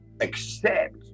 accept